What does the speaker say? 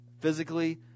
physically